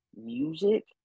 music